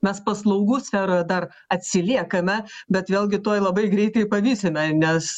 mes paslaugų sferoje dar atsiliekame bet vėlgi tuoj labai greitai pavysime nes